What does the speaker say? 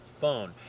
phone